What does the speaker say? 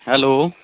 hello